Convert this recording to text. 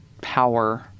power